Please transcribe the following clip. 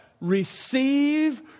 Receive